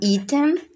item